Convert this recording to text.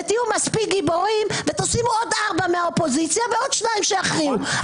ותהיו מספיק גיבורים ותשימו עוד ארבעה מהאופוזיציה ועוד שניים שיכריעו,